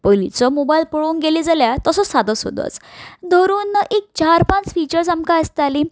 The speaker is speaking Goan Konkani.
पयलींचो मोबायल पळोवंक गेले जाल्यार तसो सादो सुदोच धरून एक चार पांच फिचर्स आमकां आसताली